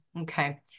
Okay